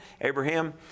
Abraham